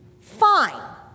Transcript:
Fine